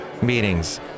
meetings